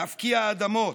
להפקיע אדמות,